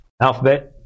Alphabet